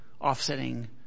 offsetting